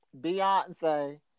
Beyonce